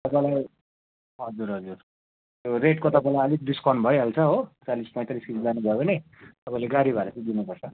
तपाईँले हजुर हजुर त्यो रेटको तपाईँलाई अलिक डिस्काउन्ट भइहाल्छ हो चालिस पैँतालिस किलो लानु भयो भने तपाईँले गाडी भाडा चाहिँ दिनुपर्छ